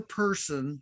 person